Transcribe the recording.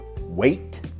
Wait